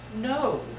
no